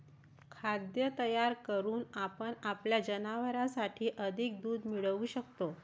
खाद्य तयार करून आपण आपल्या जनावरांसाठी अधिक दूध मिळवू शकतो